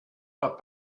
pas